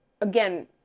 again